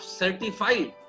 certified